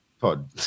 pod